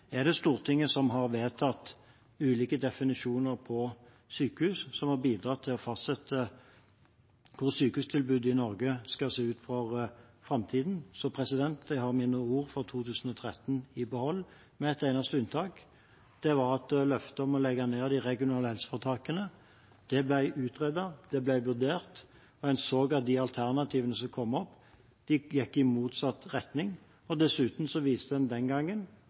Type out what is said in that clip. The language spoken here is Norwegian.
er det Stortinget som har vedtatt ulike definisjoner på sykehus, og som har bidratt til å fastsette hvordan sykehustilbudet i Norge skal se ut i framtiden. Så jeg har mine ord fra 2013 i behold, med ett eneste unntak: løftet om å legge ned de regionale helseforetakene. Det ble utredet, det ble vurdert, og en så at de alternativene som kom opp, gikk i motsatt retning. Dessuten viste det seg den gangen,